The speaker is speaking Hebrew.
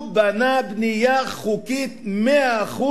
הוא בנה בנייה חוקית 100%,